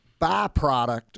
byproduct